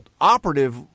operative